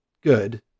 good